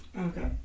Okay